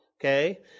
okay